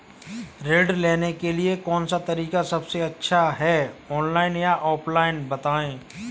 ऋण लेने के लिए कौन सा तरीका सबसे अच्छा है ऑनलाइन या ऑफलाइन बताएँ?